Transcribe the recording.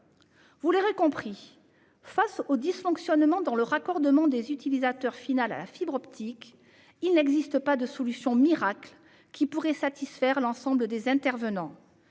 Vous l'aurez compris, face aux dysfonctionnements dans le raccordement des utilisateurs finaux à la fibre optique, il n'existe pas de solution miracle donnant satisfaction à l'ensemble des intervenants.